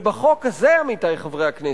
בחוק הזה, עמיתי חברי הכנסת,